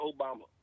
Obama